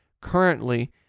currently